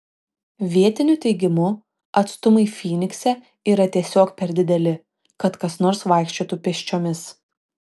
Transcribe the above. vietinių teigimu atstumai fynikse yra tiesiog per dideli kad kas nors vaikščiotų pėsčiomis